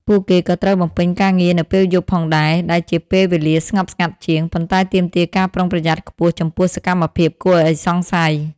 ពួកគេក៏ត្រូវបំពេញការងារនៅពេលយប់ផងដែរ ដែលជាពេលវេលាស្ងប់ស្ងាត់ជាង ប៉ុន្តែទាមទារការប្រុងប្រយ័ត្នខ្ពស់ចំពោះសកម្មភាពគួរឲ្យសង្ស័យ។